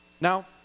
now